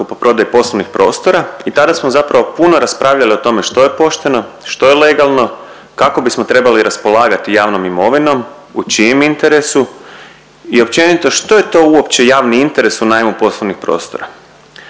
kupoprodaji poslovnih prostora i tada smo zapravo puno raspravljali o tome što je pošteno, što je legalno, kako bismo trebali raspolagati javnom imovinom, u čijem interesu i općenito što je to uopće javni interes u najmu poslovnih prostora.